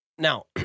Now